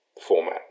format